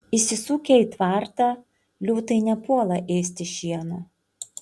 įsisukę į tvartą liūtai nepuola ėsti šieno